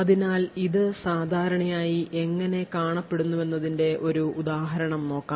അതിനാൽ ഇത് സാധാരണയായി എങ്ങനെ കാണപ്പെടുമെന്നതിന്റെ ഒരു ഉദാഹരണം നോക്കാം